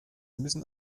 müssen